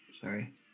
Sorry